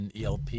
ELP